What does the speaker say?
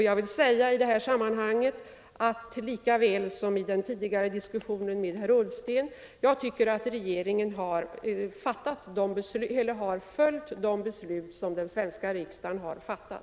Jag vill i det här sammanhanget lika väl som i den tidigare diskussionen med herr Ullsten säga att jag tycker att regeringen följt de beslut som den svenska riksdagen har fattat.